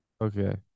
Okay